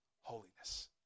holiness